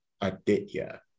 Aditya